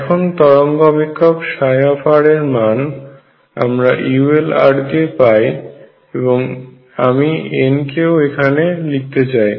এখন তরঙ্গ অপেক্ষক ψ এর মানে আমরা ulr দিয়ে পাই এবং অমি n কেও এখানে লিখতে চাই